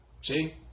See